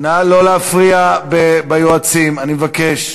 נא לא להפריע, היועצים, אני מבקש.